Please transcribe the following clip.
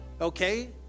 Okay